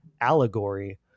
allegory